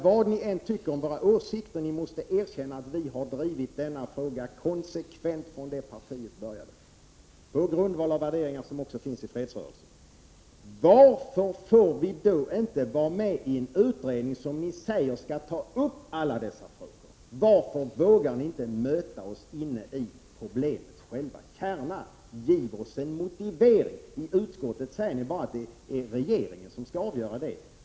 Vad ni än tycker om våra åsikter måste ni i alla fall erkänna att vi, från det partiet bildades, konsekvent har drivit denna fråga på grundval av de värderingar som också finns inom fredsrörelsen. Varför får vi inte vara med i en utredning som ni säger skall ta upp alla dessa frågor? Varför vågar ni inte möta oss när det gäller problemets själva kärna? Giv oss en motivering! I utskottet säger ni bara att det är regeringen som skall avgöra det.